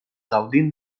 gaudint